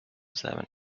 saw